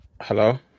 hello